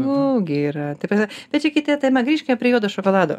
nu gi yra ta prasme tai čia kita tema grįžkime prie juodo šokolado